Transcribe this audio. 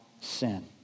sin